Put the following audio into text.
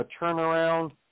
turnaround